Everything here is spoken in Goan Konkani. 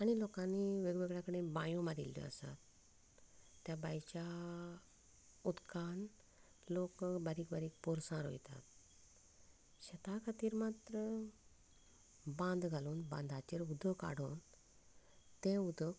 आनी लोकांनी वेगळ्यावेगळ्या कडेन बांयों मारिल्ल्यो आसात त्या बांयच्या उदकांत लोक बारीक बारीक पोरसां रोयतात शेतां खातीर मात्र बांद घालून बांदाचेर उदक आडोवन तें उदक